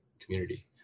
community